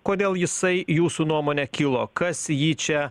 kodėl jisai jūsų nuomone kilo kas jį čia